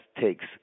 takes